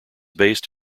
based